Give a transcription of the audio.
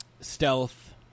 stealth